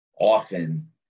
often